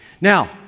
Now